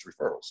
Referrals